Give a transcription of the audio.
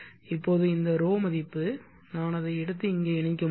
இப்போது இந்த ρ மதிப்பு நான் அதை எடுத்து இங்கே இணைக்க முடியும்